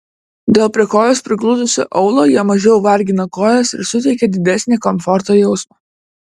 dėl prie kojos prigludusio aulo jie mažiau vargina kojas ir suteikia didesnį komforto jausmą